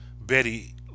Betty